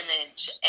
image